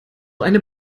eine